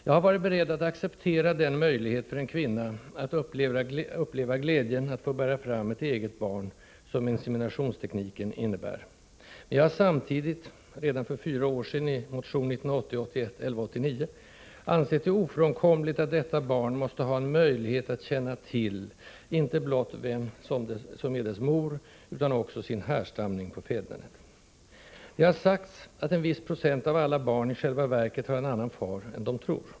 Jag har varit beredd att acceptera den möjlighet för en kvinna att uppleva glädjen att få bära fram ett eget barn som inseminationstekniken innebär, men jag har samtidigt — redan för fyra år sedan i motion 1980/81:1189— ansett det ofrånkomligt att detta barn måste ha en möjlighet att känna till, inte blott vem som är dess mor, utan också sin härstamning på fädernet. Det har sagts att en viss procent av alla barn i själva verket har en annan far än de tro.